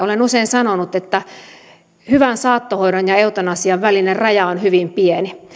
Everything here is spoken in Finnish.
olen usein sanonut että hyvän saattohoidon ja eutanasian välinen raja on hyvin pieni